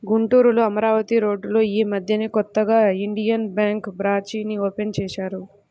గుంటూరులో అమరావతి రోడ్డులో యీ మద్దెనే కొత్తగా ఇండియన్ బ్యేంకు బ్రాంచీని ఓపెన్ చేశారు